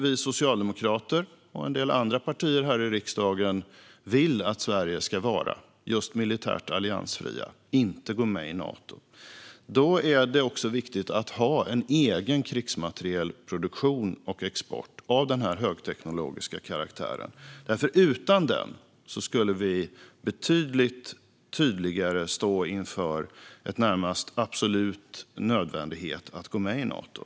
Vi socialdemokrater och en del andra partier i riksdagen vill att Sverige ska vara militärt alliansfritt och inte gå med i Nato. Då är det viktigt att ha en egen krigsmaterielproduktion, och export, av denna högteknologiska karaktär. Utan den skulle vi betydligt tydligare stå inför att det skulle vara närmast absolut nödvändigt att gå med i Nato.